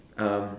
um